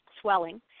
swelling